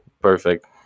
perfect